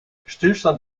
stillstand